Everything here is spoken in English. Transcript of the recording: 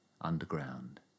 underground